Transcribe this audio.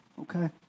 okay